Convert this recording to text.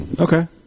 Okay